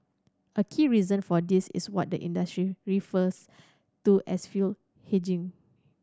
a key reason for this is what the industry refers to as fuel hedging